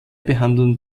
behandeln